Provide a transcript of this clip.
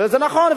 וזה נכון.